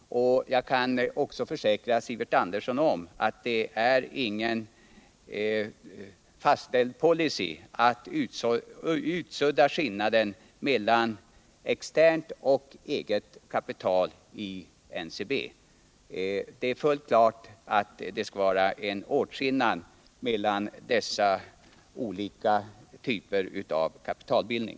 Jag kan också försäkra Sivert Andersson om att det inte är någon fastställd policy att utsudda skillnaden mellan externt och eget kapital inom NCB. Det är fullt klart att det skall vara en åtskillnad mellan dessa olika typer av kapitalbildning.